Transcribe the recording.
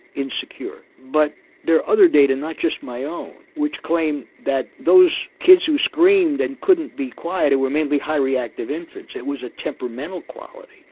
insecure, but there are other data not just my own which claim that those kids who screamed and couldn't be quiet were mainly high reactive infants, it was a temperamental quality,